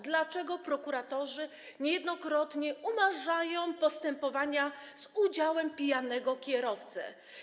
Dlaczego prokuratorzy niejednokrotnie umarzają postępowania z udziałem pijanego kierowcy?